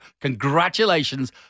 Congratulations